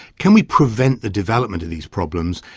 can we prevent the development of these problems,